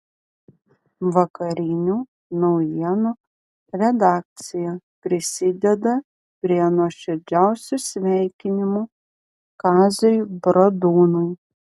vakarinių naujienų redakcija prisideda prie nuoširdžiausių sveikinimų kaziui bradūnui